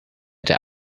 der